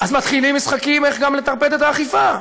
אז מתחילים משחקים איך לטרפד את האכיפה.